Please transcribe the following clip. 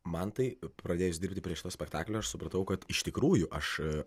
man tai pradėjus dirbti prie šito spektaklio aš supratau kad iš tikrųjų aš